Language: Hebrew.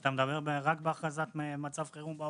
כן.